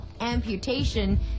amputation